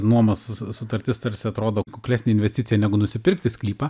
nuomos su sutartis tarsi atrodo kuklesnė investicija negu nusipirkti sklypą